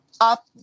up